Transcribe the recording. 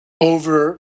over